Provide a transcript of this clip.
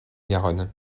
garonne